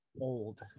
old